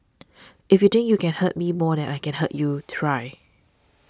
if you think you can hurt me more than I can hurt you try